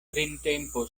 printempo